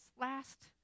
last